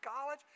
college